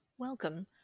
Welcome